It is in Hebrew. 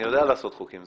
אני יודע לעשות חוקים,